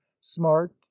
smart